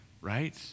right